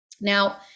now